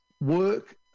work